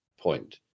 point